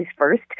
first